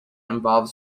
involves